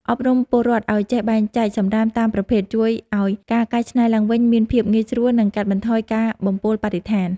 អប់រំពលរដ្ឋឱ្យចេះបែងចែកសំរាមតាមប្រភេទជួយឱ្យការកែច្នៃឡើងវិញមានភាពងាយស្រួល និង កាត់បន្ថយការបំពុលបរិស្ថាន។